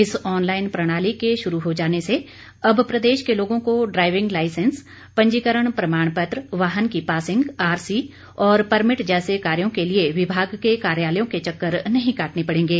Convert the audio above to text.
इस ऑनलाईन प्रणाली के शुरू हो जाने से अब प्रदेश के लोगों को ड्राईविंग लाइसेंस पंजीकरण प्रणाम पत्र वाहन की पासिंग आरसी और परमिट जैसे कार्यो के लिए विमाग के कार्यालयों के चक्कर नहीं काटने पड़ेंगे